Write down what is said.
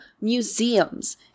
museums